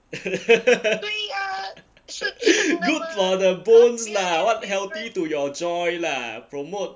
good for the bones lah what healthy to your joint lah promote